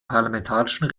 parlamentarischen